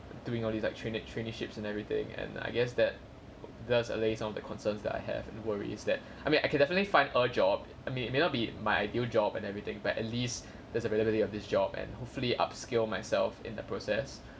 doing all these like training traineeships and everything and I guess that does allay some of the concerns that I have and worries that I mean I can definitely find a job I mean it may not be my ideal job and everything but at least there's availability of this job and hopefully upskill myself in the process